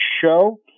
show